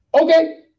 Okay